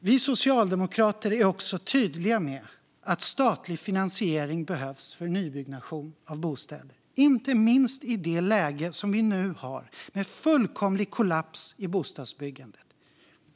Vi socialdemokrater är också tydliga med att statlig finansiering behövs för nybyggnation av bostäder, inte minst i det läge som vi har nu med fullkomlig kollaps i bostadsbyggandet.